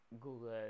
Google